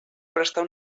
prestar